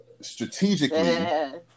strategically